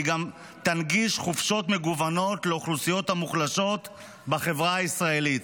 היא גם תנגיש חופשות מגוונות לאוכלוסיות המוחלשות בחברה הישראלית.